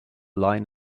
line